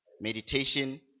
Meditation